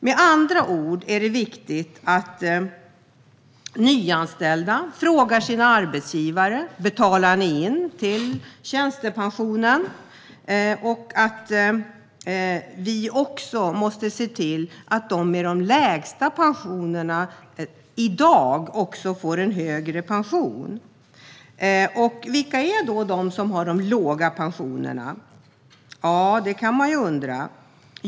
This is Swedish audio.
Med andra ord är det viktigt att nyanställda frågar sina arbetsgivare: Betalar ni in till tjänstepensionen? Vi måste också se till att de med de lägsta pensionerna i dag får en högre pension. Vilka är det då som har de låga pensionerna? Ja, det kan man undra.